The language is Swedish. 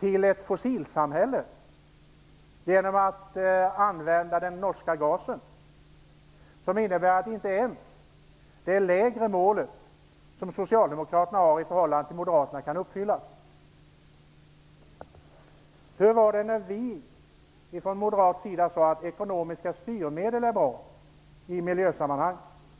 till ett fossilbränslesamhälle genom att använda den norska gasen? Det innebär att man inte kan uppfylla ens det i förhållande till moderaternas inriktning lägre mål som socialdemokraterna har. Hur var det när vi från moderat sida sade att ekonomiska styrmedel är bra i miljösammanhang?